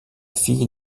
fille